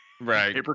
Right